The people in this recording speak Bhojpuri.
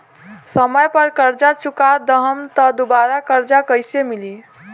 समय पर कर्जा चुका दहम त दुबाराकर्जा कइसे मिली?